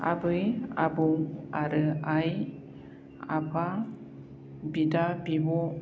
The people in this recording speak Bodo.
आबै आबौ आरो आइ आफा बिदा बिब'